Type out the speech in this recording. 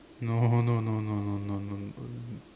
no no no no no no no no